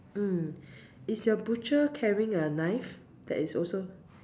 mm is your butcher carrying a knife that is also